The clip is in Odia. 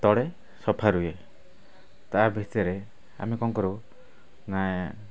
ତଳେ ସଫା ରୁହେ ତା' ଭିତରେ ଆମେ କ'ଣ କରୁ ନା